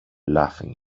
laughing